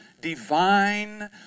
divine